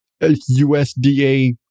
USDA